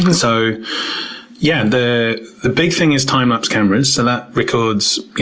ah so yeah the the big thing is time lapse cameras. so that records, you